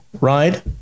ride